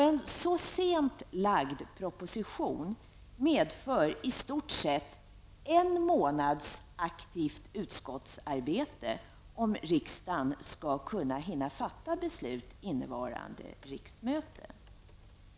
En så sent framlagd proposition medför i stort sett en månads aktivt utskottsarbete, om riksdagen skall hinna fatta beslut innevarande riksmöte.